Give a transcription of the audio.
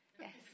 Yes